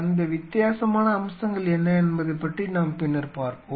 அந்த வித்தியாசமான அம்சங்கள் என்ன என்பது பற்றி நாம் பின்னர் பார்ப்போம்